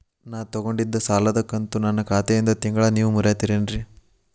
ನಾ ತೊಗೊಂಡಿದ್ದ ಸಾಲದ ಕಂತು ನನ್ನ ಖಾತೆಯಿಂದ ತಿಂಗಳಾ ನೇವ್ ಮುರೇತೇರೇನ್ರೇ?